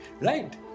right